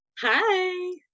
Hi